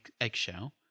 eggshell